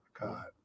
God